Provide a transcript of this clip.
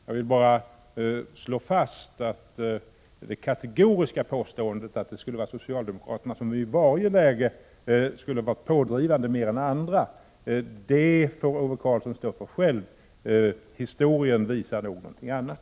Jag vill bara slå fast att det kategoriska påståendet att det skulle vara socialdemokraterna som i varje läge skulle vara mera pådrivande än andra får Ove Karlsson stå för själv — historien visar nog någonting annat.